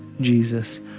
Jesus